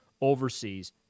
overseas